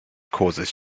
causes